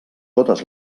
totes